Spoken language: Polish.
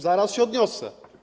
Zaraz się odniosę.